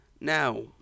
Now